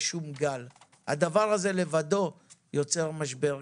הדבר הזה לבדו יוצר משבר כלכלי.